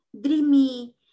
dreamy